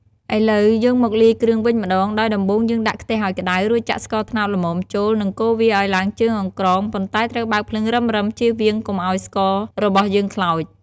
ឥឡូវ យើងមកលាយគ្រឿងវិញម្ដង ដោយដំបូងយើងដាក់ខ្ទះឱ្យក្ដៅ រួចចាក់ស្ករត្នោតល្មមចូល និងកូរវាឱ្យឡើងជើងអង្ក្រង ប៉ុន្តែត្រូវបើកភ្លើងរឹមៗ ជៀសវាងកុំឱ្យស្កររបស់យើងខ្លោច។